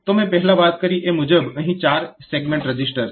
તો મેં પહેલા વાત કરી એ મુજબ અહીં ચાર સેગમેન્ટ રજીસ્ટર છે